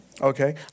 Okay